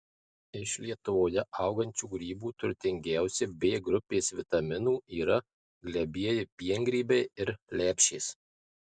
iš lietuvoje augančių grybų turtingiausi b grupės vitaminų yra glebieji piengrybiai ir lepšės